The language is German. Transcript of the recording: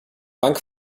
bank